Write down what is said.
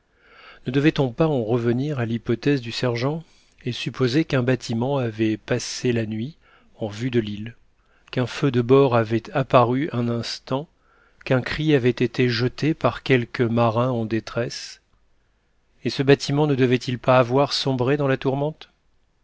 ne devait-on pas en revenir à l'hypothèse du sergent et supposer qu'un bâtiment avait passé la nuit en vue de l'île qu'un feu de bord avait apparu un instant qu'un cri avait été jeté par quelque marin en détresse et ce bâtiment ne devait-il pas avoir sombré dans la tourmente